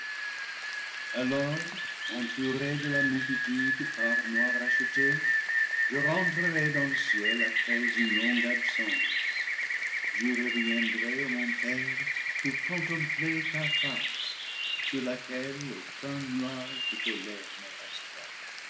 alors entouré de la multitude par moi rachetée je rentrerai dans le ciel après une longue absence j'y reviendrai ô mon père pour contempler ta face sur laquelle aucun nuage de colère ne restera